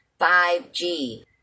5G